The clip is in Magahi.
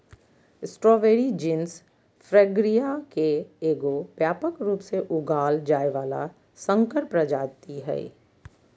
स्ट्रॉबेरी जीनस फ्रैगरिया के एगो व्यापक रूप से उगाल जाय वला संकर प्रजाति हइ